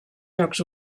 jocs